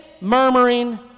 murmuring